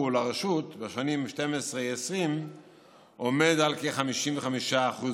לרשות בשנים 2012 2020 עומד על כ-55% בלבד.